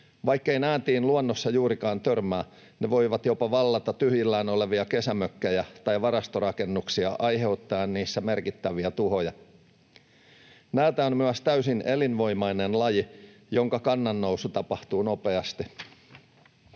Vaikkei näätiin luonnossa juurikaan törmää, ne voivat jopa vallata tyhjillään olevia kesämökkejä tai varastorakennuksia aiheuttaen niissä merkittäviä tuhoja. Näätä on myös täysin elinvoimainen laji, jonka kannan nousu tapahtuu nopeasti.